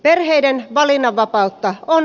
lehden valinnanvapautta on